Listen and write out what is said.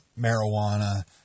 marijuana